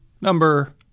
number